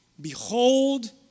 Behold